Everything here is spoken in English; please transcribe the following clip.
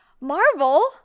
Marvel